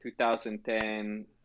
2010